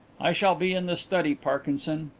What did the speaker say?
i shall be in the study, parkinson.